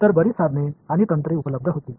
तर बरीच साधने आणि तंत्रे उपलब्ध होती